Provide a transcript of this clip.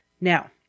now